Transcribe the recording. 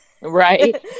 Right